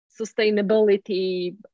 sustainability